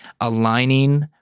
Aligning